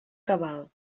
cabal